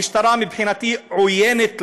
המשטרה מבחינתי עוינת לנו,